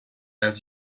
have